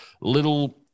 little